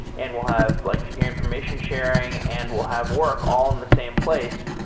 and we'll have like information sharing, and we'll have work all in the same place.